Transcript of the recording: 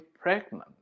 pregnant